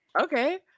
okay